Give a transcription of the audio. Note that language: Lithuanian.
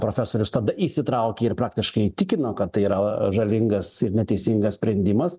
profesorius tada įsitraukė ir praktiškai įtikino kad tai yra žalingas ir neteisingas sprendimas